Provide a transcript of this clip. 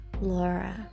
Laura